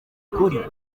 kuri